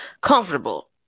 comfortable